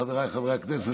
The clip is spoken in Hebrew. חבריי חברי הכנסת,